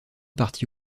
partie